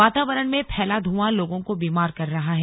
वातावरण में फैला धुंआ लोगों को बीमार कर रहा है